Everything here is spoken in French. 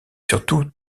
surtout